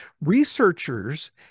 researchers